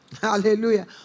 Hallelujah